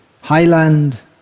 Highland